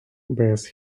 bears